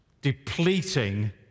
depleting